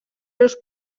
greus